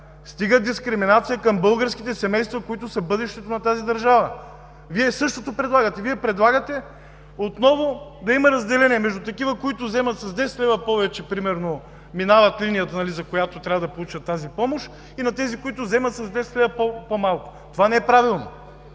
Стига дискриминация към българските семейства, които са бъдещето на тази държава! Вие предлагате същото. Вие предлагате отново да има разделение между такива, които вземат с 10 лв. повече примерно, минават линията, за която трябва да получат тази помощ, и на тези, които вземат с 200 лв. по-малко. Това не е правилно!